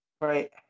Right